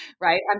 right